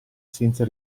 senza